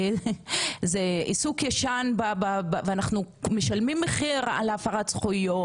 הוא עיסוק ישן ואנחנו משלמים מחיר על הפרת זכויות,